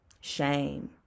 shame